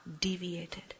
deviated